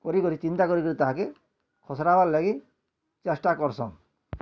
କରି କରି ଚିନ୍ତା କରି କରି ତାହାକେ ଖସରା ହବାର୍ ଲାଗି ଚେଷ୍ଟା କରୁସନ୍